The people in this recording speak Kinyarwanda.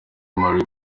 marie